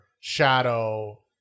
shadow